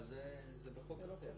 אבל זה בחוק אחר.